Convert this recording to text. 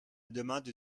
demande